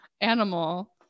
animal